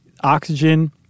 oxygen